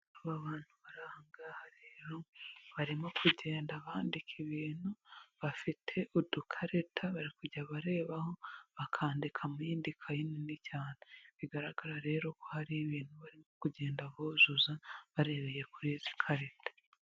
Aba bantu baraha nga rero, barimo kugenda bandika ibintu bafite udukarita bari kujya barebaho, bakandika mu yindi kayi nini cyane, bigaragara rero ko hari ibintu barimo kugenda buzuza barebeye kuri izi karita.